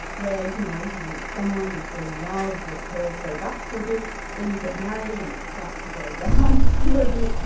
where you know you meet someone, you fall in love, your curve goes up for a bit, then you get married and it starts to go down a bit.